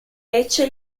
lecce